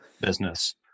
business